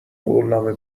قولنامه